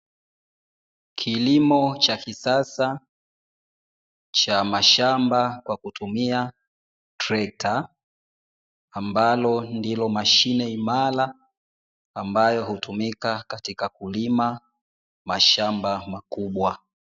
Kilimo cha kisasa cha mashamba kwa kutumia trekta, ambalo ndilo mashine imara ambalo hutumika katika kulima mashamba makubwa.